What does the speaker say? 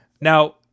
Now